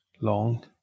long